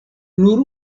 nur